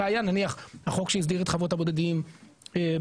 לראיה החוק שהסדיר את חוות הבודדים באזור